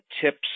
TIPS